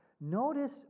Notice